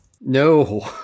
No